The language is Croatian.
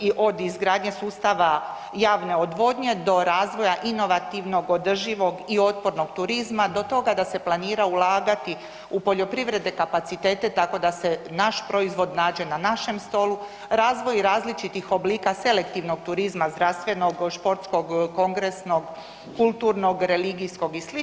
i od izgradnje sustava javne odvodnje do razvoja inovativnog, održivog i otpornog turizma do toga da se planira ulagati u poljoprivredne kapacitete tako da se naš proizvod nađe na našem stolu, razvoj i različitih oblika selektivnog turizma, zdravstvenog, športskog, kongresnog, kulturnog, religijskog i sl.